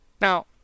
Now